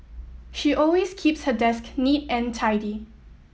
she always keeps her desk neat and tidy